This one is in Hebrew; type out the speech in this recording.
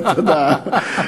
תודה.